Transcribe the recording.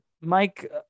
Mike